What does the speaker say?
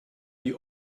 die